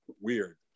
weird